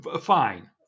Fine